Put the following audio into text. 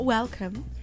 Welcome